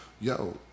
yo